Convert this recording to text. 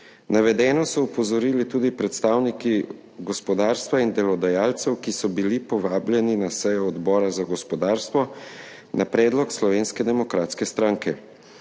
navedeno so opozorili tudi predstavniki gospodarstva in delodajalcev, ki so bili povabljeni na sejo Odbora za gospodarstvo na predlog Slovenske demokratske stranke.